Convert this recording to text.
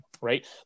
right